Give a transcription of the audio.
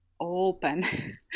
open